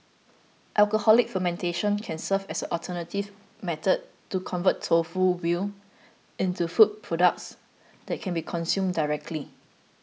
alcoholic fermentation can serve as an alternative method to convert tofu whey into food products that can be consumed directly